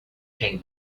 came